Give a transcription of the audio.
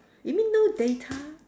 you mean no data